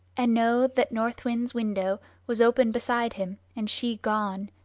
and know that north wind's window was open beside him, and she gone,